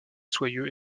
soyeux